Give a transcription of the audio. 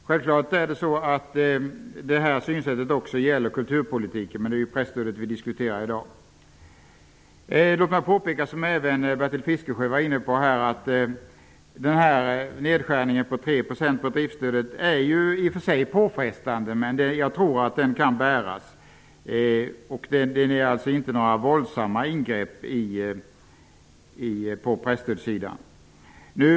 Självfallet gäller detta synsätt också i kulturpolitiken, men det är ju presstödet som vi diskuterar i dag. Låt mig påpeka att, som även Bertil Fiskesjö var inne på här, nedskärningen om 3 % av driftsstödet i och för sig är påfrestande men enligt min mening ändå kan bäras. Det är alltså inte fråga om några våldsamma ingrepp på presstödssidan.